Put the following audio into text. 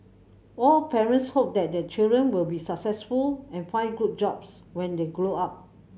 all parents hope that their children will be successful and find good jobs when they grow up